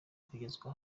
kugezwa